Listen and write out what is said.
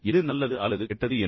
எது நல்லது அல்லது கெட்டது என்று